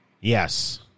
Yes